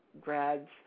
grads